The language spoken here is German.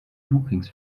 loopings